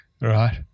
Right